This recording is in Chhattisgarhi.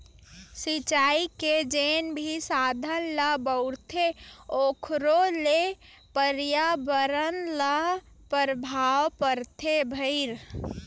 सिचई के जेन भी साधन ल बउरथे ओखरो ले परयाबरन ल परभाव परथे भईर